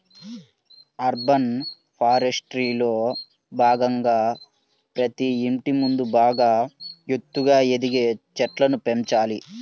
urban ఫారెస్ట్రీలో భాగంగా ప్రతి ఇంటి ముందు బాగా ఎత్తుగా ఎదిగే చెట్లను పెంచాలి